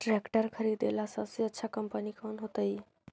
Tractor खरीदेला सबसे अच्छा कंपनी कौन होतई?